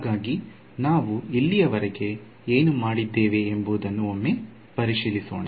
ಹಾಗಾಗಿ ನಾವು ಇಲ್ಲಿಯವರೆಗೆ ಏನು ಮಾಡಿದ್ದೇವೆ ಎಂಬುದನ್ನು ಒಮ್ಮೆ ಪರಿಶೀಲಿಸೋಣ